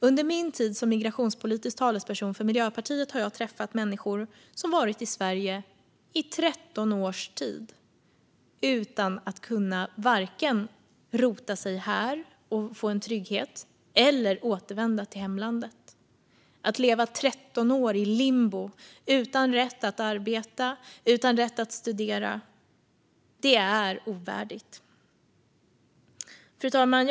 Under min tid som migrationspolitisk talesperson för Miljöpartiet har jag träffat människor som varit i Sverige i 13 års tid utan att kunna vare sig rota sig här och få en trygghet eller återvända till hemlandet. Att leva 13 år i limbo utan rätt att arbeta och utan rätt att studera är ovärdigt. Fru talman!